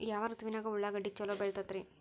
ಯಾವ ಋತುವಿನಾಗ ಉಳ್ಳಾಗಡ್ಡಿ ಛಲೋ ಬೆಳಿತೇತಿ ರೇ?